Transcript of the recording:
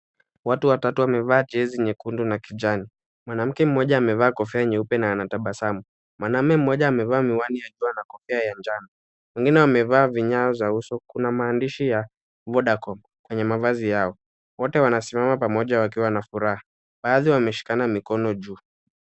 Watu watatu wamevaa jezi nyekundu na kijani. Mwanamke mmoja amevaa kofia nyeupe na anatabasamu. Mwanaume mmoja amevaa miwani ya jua na kofia ya njano. Wengine wamevaa vinyao vya uso. Kuna maandishi ya Vodacom kwenye mavazi yao. Wote wanasimama pamoja wakiwa na furaha. Baadhi wameshikana mikono juu.